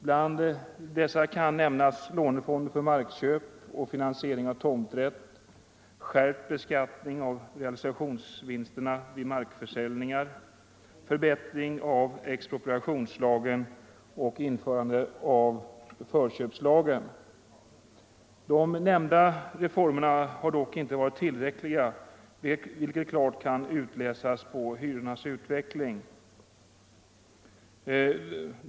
Bland dem kan nämnas lånefonden för markköp och finansiering av tomträtt, skärpt beskattning av realisationsvinsterna vid markförsäljningar, förbättring av expropriationslagen och införandet av förköpslagen. De nämnda reformerna har dock inte varit tillräckliga, vilket klart kan utläsas av hyrornas utveckling.